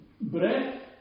breath